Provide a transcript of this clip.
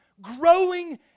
growing